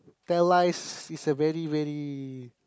tell lies is a very very